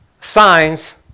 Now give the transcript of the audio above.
signs